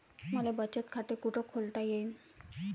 मले बचत खाते कुठ खोलता येईन?